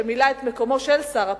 שמילא את מקומות של שר הפנים,